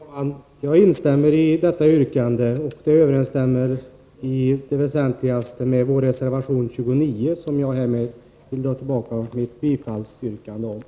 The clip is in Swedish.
Herr talman! Jag instämmer i Per Unckels yrkande. Det överensstämmer i det väsentligaste med vår reservation 29, och jag drar härmed tillbaka mitt 59 yrkande om bifall till denna.